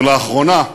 ולאחרונה,